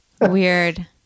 Weird